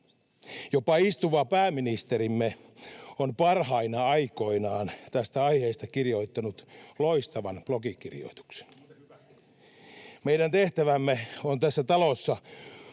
Jopa istuva pääministerimme on parhaina aikoinaan tästä aiheesta kirjoittanut loistavan blogikirjoituksen. [Perussuomalaisten ryhmästä: